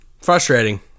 frustrating